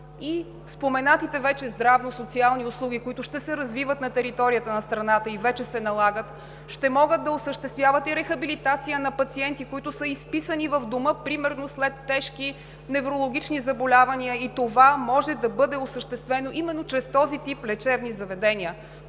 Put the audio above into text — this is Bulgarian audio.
и споменатите вече здравно-социални услуги, които ще се развиват на територията на страната и вече се налагат, ще могат да осъществяват и рехабилитация на пациенти, които са изписани в дома примерно след тежки неврологични заболявания. Това може да бъде осъществено именно чрез този тип лечебни заведения.